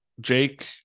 jake